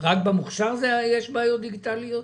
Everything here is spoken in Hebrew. רק במוכש"ר יש בעיות דיגיטליות?